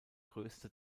größte